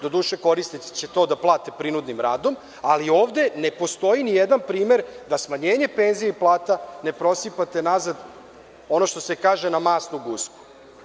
Doduše, korisnici će to da plate prinudnim radom, ali ovde ne postoji nijedan primer da smanjenje penzija i plata ne prosipate nazad, ono što se kaže, na masnu gusku.